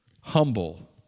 humble